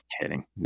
kidding